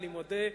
אני מודה,